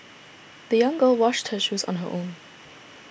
the young girl washed her shoes on her own